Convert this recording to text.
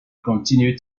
continue